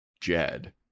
Jed